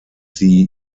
sie